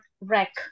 wreck